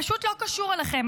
פשוט לא קשור אליכם.